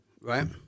right